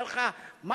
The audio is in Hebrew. היה לך משהו-משהו.